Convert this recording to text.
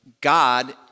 God